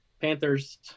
Panthers